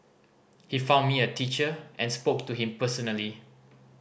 he found me a teacher and spoke to him personally